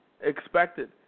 Expected